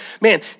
Man